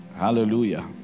Hallelujah